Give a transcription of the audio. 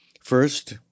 First